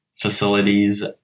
facilities